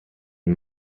and